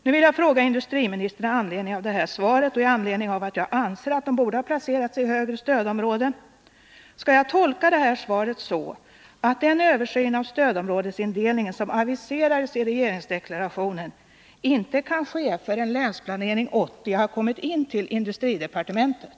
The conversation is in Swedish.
Nu vill jag med anledning av detta svar och med anledning av att jag anser att dessa kommuner borde ha placerats i högre stödområdesklass än riksdagen gjort fråga industriministern: Skall jag tolka detta svar så att den översyn av stödområdesindelningen som aviseras i regeringsdeklarationen inte kan ske förrän Länsplanering 80 har kommit in till industridepartementet?